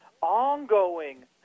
ongoing